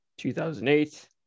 2008